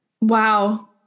wow